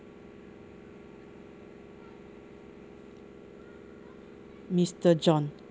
mister john